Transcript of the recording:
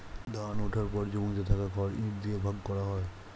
ধান ওঠার পর জমিতে থাকা খড় ইট দিয়ে ভাগ করা হয়